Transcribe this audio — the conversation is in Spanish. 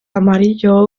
amarillo